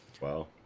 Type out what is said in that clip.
wow